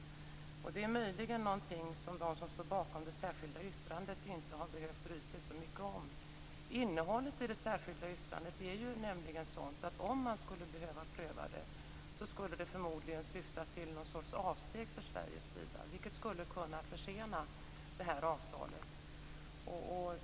Detta är möjligen något som de som står bakom det särskilda yttrandet inte har behövt bry sig så mycket om. Innehållet i det särskilda yttrandet är nämligen sådant att om det skulle behöva prövas skulle det förmodligen syfta till någon sorts avsteg från Sveriges sida, vilket skulle kunna försena avtalet.